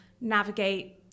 navigate